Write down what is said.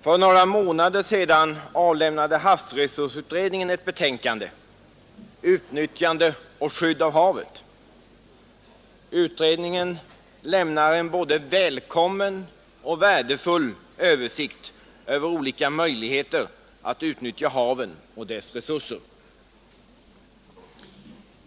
För några månader sedan avlämnade havsresursutredningen ett betänkande, Utnyttjande och skydd av havet. Utredningen lämnar en både välkommen och värdefull översikt över olika möjligheter att utnyttja haven och deras resurser.